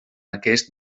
aquest